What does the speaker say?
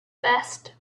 vest